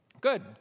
Good